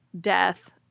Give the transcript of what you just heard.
death